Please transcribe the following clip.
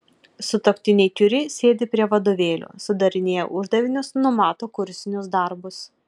sutuoktiniai kiuri sėdi prie vadovėlių sudarinėja uždavinius numato kursinius darbus